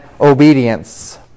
obedience